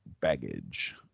baggage